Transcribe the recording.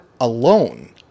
alone